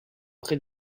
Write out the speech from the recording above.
près